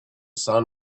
sun